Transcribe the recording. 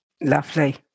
Lovely